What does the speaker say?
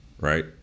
right